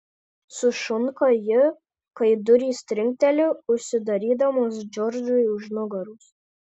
sušunka ji kai durys trinkteli užsidarydamos džordžui už nugaros